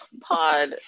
Pod